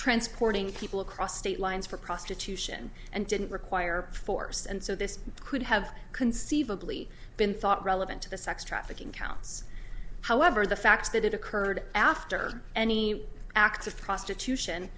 transporting people across state lines for prostitution and didn't require force and so this could have conceivably been thought relevant to the sex trafficking counts however the fact that it occurred after any act of prostitution